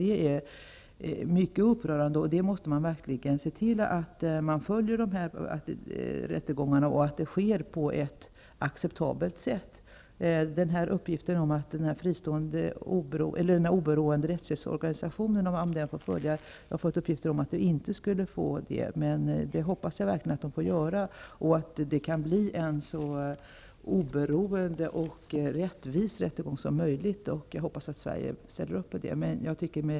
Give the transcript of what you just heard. Detta är mycket upprörande, och man måste följa rättegångarna och se till att de sker på ett acceptabelt sätt. Jag har en uppgift om att den oberoende rättshjälpsorganisationen inte får följa rättegångarna, men jag hoppas verkligen att så inte är fallet. Min förhoppning är att det blir en så oberoende och rättvis rättegång som möjligt och att Sverige kommer att verka i den riktningen.